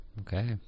Okay